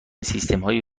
سیستمهای